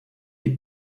est